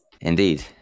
Indeed